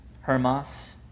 Hermas